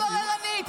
חבר הכנסת נאור שירי.